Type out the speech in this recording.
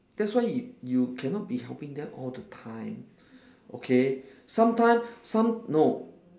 that's why you you cannot be helping them all the time okay sometimes some no